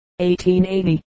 1880